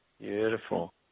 Beautiful